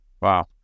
Wow